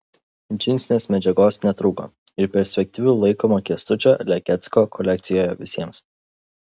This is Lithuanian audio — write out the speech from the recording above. džinsinės medžiagos netrūko ir perspektyviu laikomo kęstučio lekecko kolekcijoje visiems